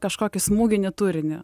kažkokį smūginį turinį